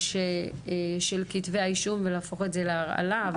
של כתבי האישום ולהפוך את זה להרעלה,